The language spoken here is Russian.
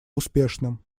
успешным